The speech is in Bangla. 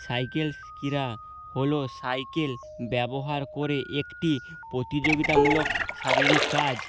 সাইকেল ক্রীড়া হল সাইকেল ব্যবহার করে একটি প্রতিযোগিতামূলক শারীরিক কাজ